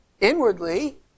inwardly